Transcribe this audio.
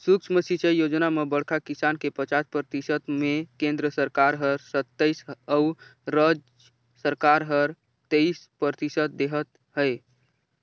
सुक्ष्म सिंचई योजना म बड़खा किसान के पचास परतिसत मे केन्द्र सरकार हर सत्तइस अउ राज सरकार हर तेइस परतिसत देहत है